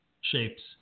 shapes